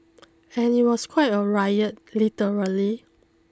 and it was quite a riot literally